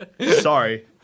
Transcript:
Sorry